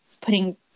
putting